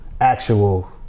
Actual